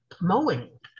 mowing